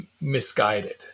misguided